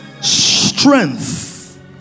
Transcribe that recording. strength